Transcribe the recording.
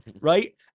right